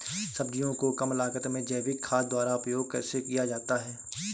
सब्जियों को कम लागत में जैविक खाद द्वारा उपयोग कैसे किया जाता है?